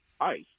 ice